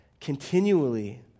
continually